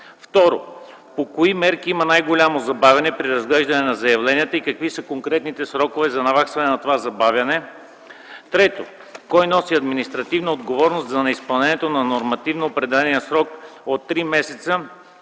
2. По кои мерки има най-голямо забавяне при разглеждане на заявленията и какви са конкретните срокове за наваксване на това забавяне? 3. Кой носи административната отговорност за неизпълнението на нормативно определения срок от три месеца